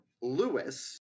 Lewis